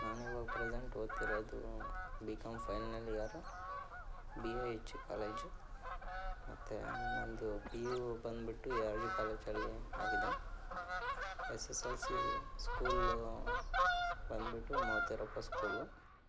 ನಾನಿವಾಗ ಪ್ರೆಸೆಂಟ್ ಓದ್ತಿರೋದು B com final year B A H college ಮತ್ತೆ ನಂದು ಪಿ ಯು ಬಂದ್ಬಿಟ್ಟು ಎ ಆರ್ ಜಿ ಕಾಲೇಜಲ್ಲಿ ಆಗಿದೆ S S L C school ಬಂದ್ಬಿಟ್ಟು ಮೊತೆರೂಪಾ ಸ್ಕೂಲು